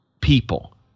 people